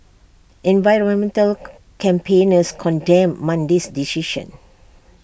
environmental campaigners condemned Monday's decision